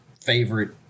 favorite